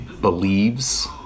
believes